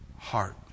heart